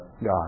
God